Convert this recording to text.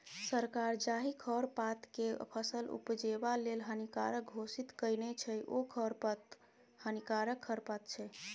सरकार जाहि खरपातकेँ फसल उपजेबा लेल हानिकारक घोषित केने छै ओ खरपात हानिकारक खरपात छै